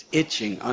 itching